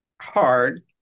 hard